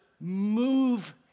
move